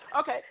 Okay